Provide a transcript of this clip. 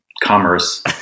commerce